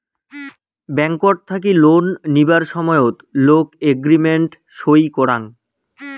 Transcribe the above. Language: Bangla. ব্যাংকট থাকি লোন নিবার সময়ত লোক এগ্রিমেন্ট সই করাং